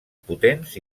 potents